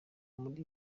muri